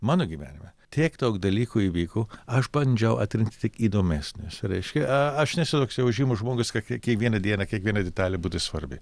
mano gyvenime tiek daug dalykų įvyko aš bandžiau atrinkti tik įdomesnius reiškia aš nesu toks jau žymus žmogus kad kiekviena diena kiekviena detalė būtų svarbi